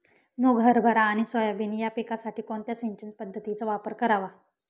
मुग, हरभरा आणि सोयाबीन या पिकासाठी कोणत्या सिंचन पद्धतीचा वापर करावा?